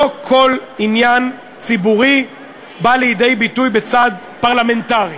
לא כל עניין ציבורי בא לידי ביטוי בצעד פרלמנטרי,